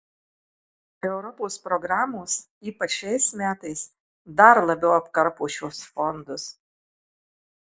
europos programos ypač šiais metais dar labiau apkarpo šiuos fondus